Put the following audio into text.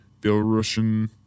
Belarusian